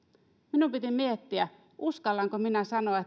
minun piti miettiä uskallanko minä sanoa